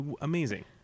amazing